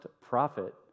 prophet